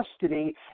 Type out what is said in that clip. custody